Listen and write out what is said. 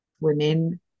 women